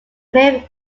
film